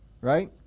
Right